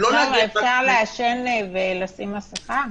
למה, אפשר לעשן ולשים מסכה?